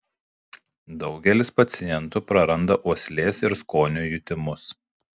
daugelis pacientų prarandą uoslės ir skonio jutimus